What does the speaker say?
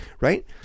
right